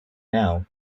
now